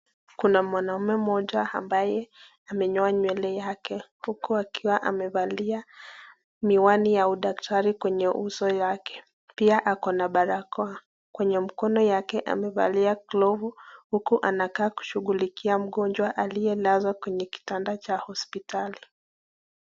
Kuna mwanaume mmoja ambaye amenyoa nywele yake, huku akiwa amevalia miwani ya udaktari kwenye uso yake. Pia akona barakoa kwenye mkono yake amevalia glovu. Huku anakaa kushughulikia mgonjwa aliye lazwa kwenye kitanda cha hospitali.